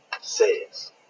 says